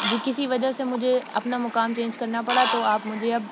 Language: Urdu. جی کسی وجہ سے مجھے اپنا مقام چینج کرنا پڑا تو آپ مجھے اب